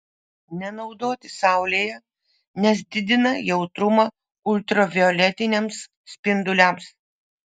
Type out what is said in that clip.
nenaudoti saulėje nes didina jautrumą ultravioletiniams spinduliams